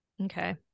okay